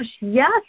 yes